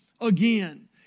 again